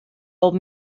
old